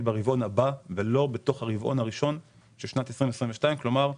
ברבעון הבא ולא בתוך הרבעון הראשון של שנת 2022. כלומר,